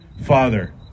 Father